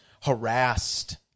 harassed